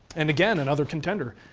and again, another contender.